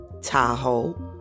Tahoe